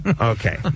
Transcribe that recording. Okay